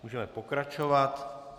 Můžeme pokračovat.